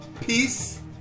peace